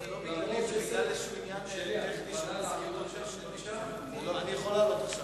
שלי, את מוכנה לעלות?